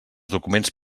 documents